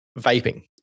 vaping